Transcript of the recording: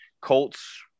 Colts